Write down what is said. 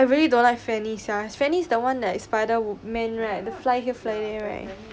I really don't like fanny sia fanny is the one that is like spider wo~ man right the fly here fly there right